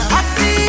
Happy